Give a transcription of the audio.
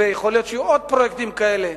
ויכול להיות שיהיו עוד פרויקטים כאלה,